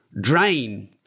drain